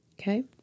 Okay